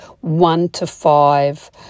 one-to-five